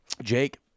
Jake